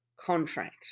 contract